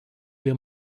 wir